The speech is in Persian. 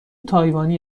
تایوانی